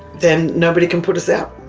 then nobody can put us out.